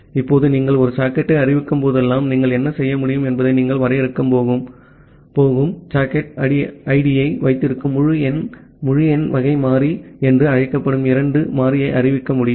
இப்போது நீங்கள் ஒரு சாக்கெட்டை அறிவிக்கும்போதெல்லாம் நீங்கள் என்ன செய்ய முடியும் என்பது நீங்கள் வரையறுக்கப் போகும் சாக்கெட் ஐடியை வைத்திருக்கும் முழு எண் முழு எண் வகை மாறி என்று அழைக்கப்படும் இரண்டு மாறியை அறிவிக்க முடியும்